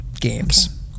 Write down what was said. games